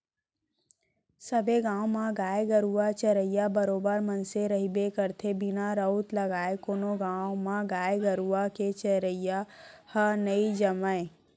सबे गाँव म गाय गरुवा चरइया बरोबर मनसे रहिबे करथे बिना राउत लगाय कोनो गाँव म गाय गरुवा के चरई ह नई जमय